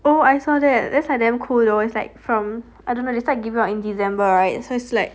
oo I saw that that's like damn cool though it's like from I don't really they start giving out in december right so it's like